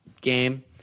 game